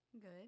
Good